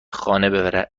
خانه